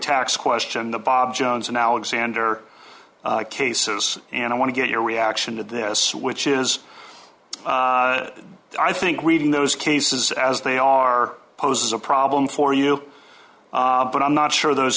tax question the bob jones and alexander cases and i want to get your reaction to this which is i think reading those cases as they are poses a problem for you but i'm not sure those